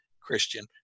Christian